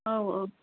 औ औ